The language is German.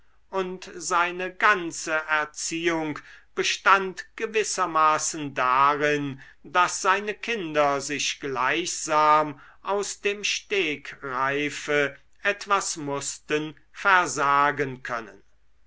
und seine ganze erziehung bestand gewissermaßen darin daß seine kinder sich gleichsam aus dem stegreife etwas mußten versagen können